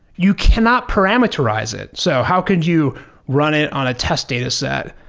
you cannot parameterize it. so how could you run it on a test dataset,